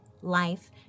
life